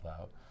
out